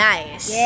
Nice